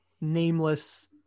nameless